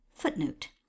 footnote